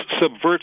subverts